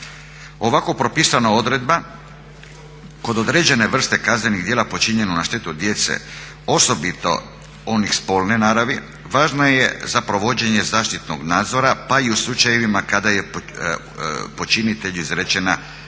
Ovako propisana odredba kod određene vrste kaznenih djela počinjenu na štetu djece osobito onih spolne naravi važno je za provođenje zaštitnog nadzora pa i u slučajevima kad je počinitelju izrečena blaža